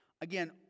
again